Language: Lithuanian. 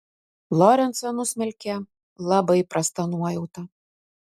lorencą nusmelkė labai prasta nuojauta